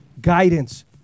guidance